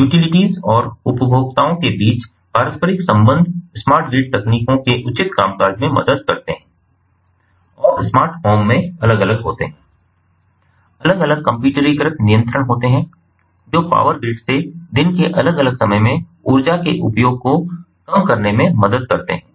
utilities और उपभोक्ताओं के बीच पारस्परिक संबंध स्मार्ट ग्रिड तकनीकों के उचित कामकाज में मदद करते हैं और स्मार्ट होम में अलग अलग होते हैं अलग अलग कम्प्यूटरीकृत नियंत्रण होते हैं जो पावर ग्रिड से दिन के अलग अलग समय में ऊर्जा के उपयोग को कम करने में मदद करते हैं